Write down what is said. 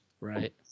right